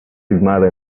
filmada